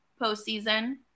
postseason